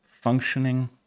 functioning